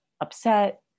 upset